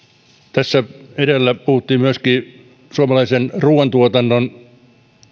tässä edellä puhuttiin myöskin suomalaisen ruoantuotannon